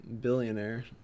billionaire